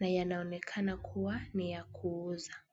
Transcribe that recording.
na yanaonekana kuwa ni ya kuuza.